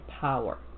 power